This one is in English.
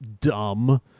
dumb